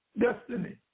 destiny